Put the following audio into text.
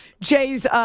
Jay's –